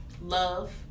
love